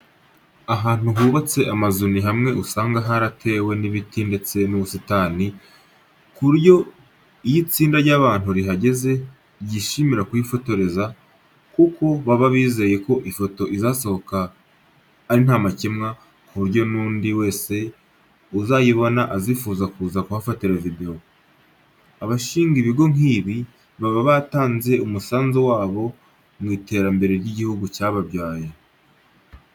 Ahantu hubatse amazu ni hamwe usanga haratewe n'ibiti ndetse n'ubusitani, ku buryo iyo itsinda ry'abantu rihageze ryishimira kuhifororeza, kuko baba bizeye ko ifoto izasohoka iri ntamakemwa ku buryo n'undi wese uzayibona azifuza kuza kuhafatira video. Abashinga ibigo nk'ibi, baba batanze umusanzu wabo mu iterambere ry'igihugu cyababyaye.